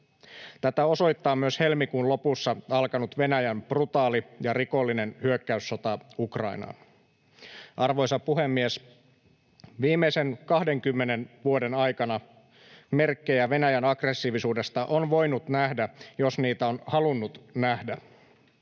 Tätä osoittaa myös helmikuun lopussa alkanut Venäjän brutaali ja rikollinen hyökkäyssota Ukrainaan. Arvoisa puhemies! Viimeisen 20 vuoden aikana merkkejä Venäjän aggressiivisuudesta on voinut nähdä, jos niitä on halunnut nähdä.